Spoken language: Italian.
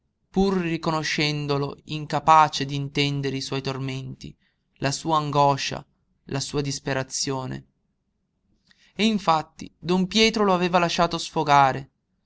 pur riconoscendolo incapace d'intendere i suoi tormenti la sua angoscia la sua disperazione e infatti don pietro lo aveva lasciato sfogare